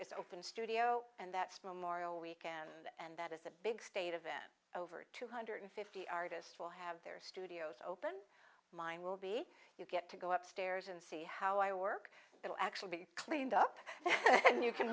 is open studio and that small morrow weekend and that is a big state of them over two hundred fifty artists will have their studios open mine will be you get to go up stairs and see how i work it'll actually be cleaned up and you can